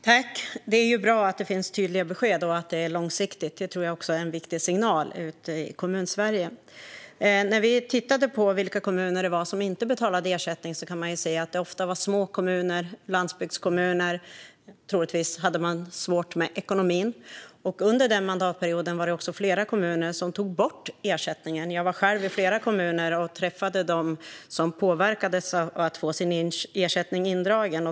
Herr talman! Det är bra att det finns tydliga besked och att det är långsiktigt. Det tror jag också är en viktig signal ut till Kommunsverige. När vi tittade på vilka kommuner det var som inte betalade ersättning kunde vi se att det ofta var små kommuner och landsbygdskommuner som troligtvis hade svårt med ekonomin. Under den mandatperioden var det också flera kommuner som tog bort ersättningen. Jag var själv i flera kommuner och träffade dem som påverkades av att få sin ersättning indragen.